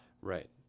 Right